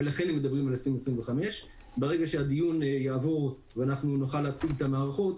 ולכן הם מדברים על 2025. ברגע שהדיון יעבור ונוכל להציג את המערכות,